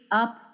up